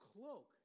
cloak